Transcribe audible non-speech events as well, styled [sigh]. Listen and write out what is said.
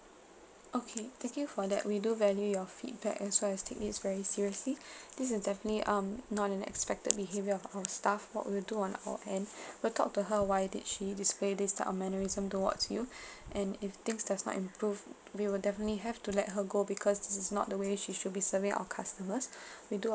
okay thank you for that we do value your feedback as well as take this very seriously this is definitely um not an expected behaviour of our staff what we'll do on our end we'll talk to her why did she display this type of mannerism towards you [breath] and if things does not improve we will definitely have to let her go because this is not the way she should be serving our customers we do